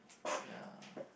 ya